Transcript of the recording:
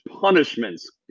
punishments